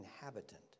inhabitant